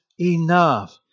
enough